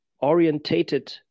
orientated